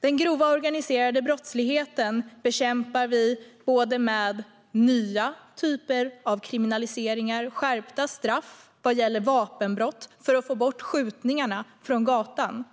Den grova organiserade brottsligheten bekämpar vi med nya typer av kriminaliseringar och skärpta straff vad gäller vapenbrott, för att få bort skjutningarna från gatan.